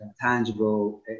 tangible